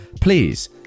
please